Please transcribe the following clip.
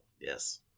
Yes